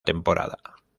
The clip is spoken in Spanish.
temporada